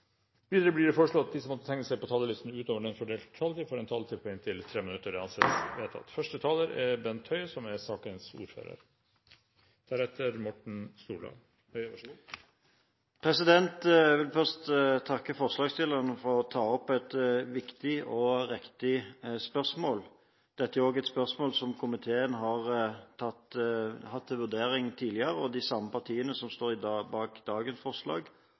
Videre blir det foreslått at de som måtte tegne seg på talerlisten utover den fordelte taletid, får en taletid på inntil 3 minutter. – Det anses vedtatt. Jeg vil først takke forslagsstillerne for å ta opp et viktig og riktig spørsmål. Dette er også et spørsmål som komiteen har hatt til vurdering tidligere, og de samme partiene som står bak dagens forslag,